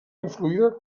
influïda